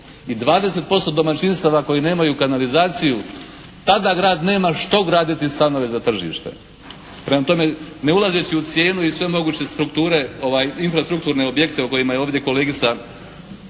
i 20% domaćinstava koji nemaju kanalizaciju tada grad nema što graditi stanove za tržište. Prema tome ne ulazeći u cijenu i sve moguće strukture infrastrukturne objekte o kojima je ovdje kolegice